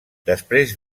després